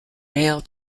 rail